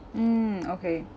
mm okay